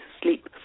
sleep